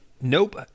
Nope